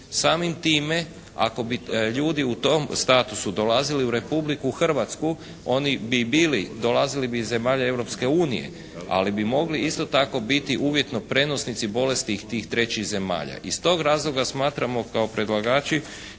Samim time, ako bi ljudi u tom statusu dolazili u Republiku Hrvatsku oni bi bili, dolazili bi iz zemalja Europske unije, ali bi mogli isto tako biti uvjetno prenosnici bolesti tih trećih zemalja. Iz tog razloga smatramo kao predlagači